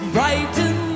Brighten